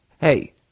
hey